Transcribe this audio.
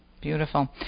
Beautiful